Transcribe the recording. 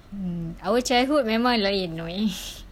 mm our childhood memang lain